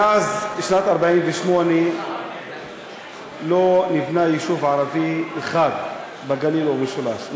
מאז שנת 1948 לא נבנה יישוב ערבי אחד בגליל ובמשולש,